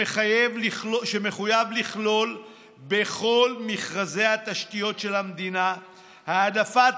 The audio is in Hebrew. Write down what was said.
שמחייב לכלול בכל מכרזי התשתיות של המדינה העדפת